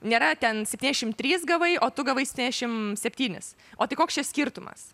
nėra ten septyniasdešimt tris gavai o tu gavai septyniasdešimt septynis o tai koks čia skirtumas